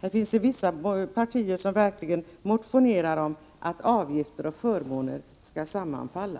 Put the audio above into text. Jag vill tillägga att det finns vissa partier som verkligen motionerar om att avgifter och förmåner skall sammanfalla.